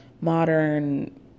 modern